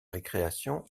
récréation